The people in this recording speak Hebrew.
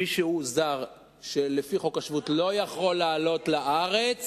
מישהו זר שלפי חוק השבות לא יכול לעלות לארץ,